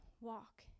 walk